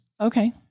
Okay